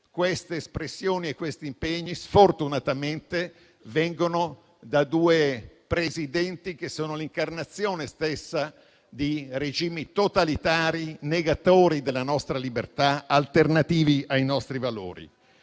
queste espressioni e questi impegni vengono da due Presidenti che sono l'incarnazione stessa di regimi totalitari, negatori della nostra libertà, alternativi ai nostri valori.